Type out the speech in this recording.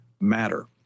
matter